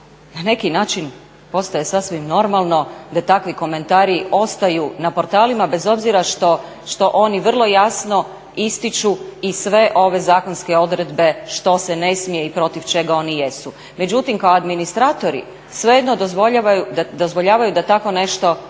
na neki način postaje sasvim normalno da takvi komentari ostaju na portalima bez obzira što oni vrlo jasno ističu i sve ove zakonske odredbe što se ne smije i protiv čega oni jesu. Međutim kao administratori svejedno dozvoljavaju da tako nešto tamo